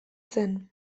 zen